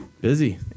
Busy